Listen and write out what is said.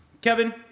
Kevin